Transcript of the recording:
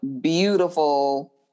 beautiful